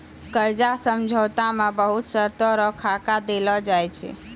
कर्जा समझौता मे बहुत शर्तो रो खाका देलो जाय छै